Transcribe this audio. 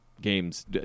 games